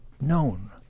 known